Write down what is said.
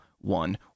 one